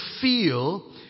feel